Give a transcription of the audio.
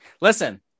Listen